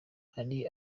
hari